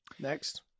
Next